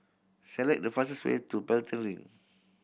select the fastest way to Pelton Link